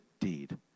deed